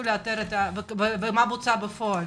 ומה בוצע בפועל